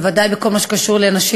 בוודאי בכל מה שקשור לנשים,